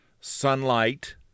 sunlight